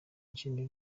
jimmy